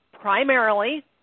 primarily